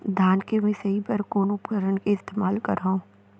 धान के मिसाई बर कोन उपकरण के इस्तेमाल करहव?